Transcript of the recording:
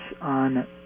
on